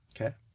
Okay